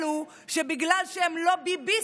אלו שבגלל שהם לא ביביסטים,